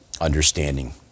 understanding